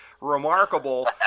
remarkable